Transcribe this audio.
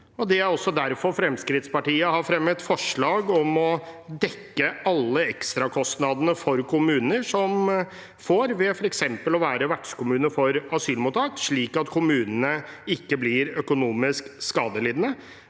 Det er også derfor Fremskrittspartiet har fremmet forslag om å dekke alle ekstrakostnadene kommuner får f.eks. ved å være vertskommune for asylmottak, slik at kommunene ikke blir økonomisk skadelidende.